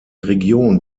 region